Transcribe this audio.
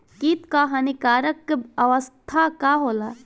कीट क हानिकारक अवस्था का होला?